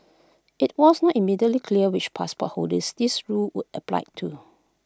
IT was not immediately clear which passport holders this rule would apply to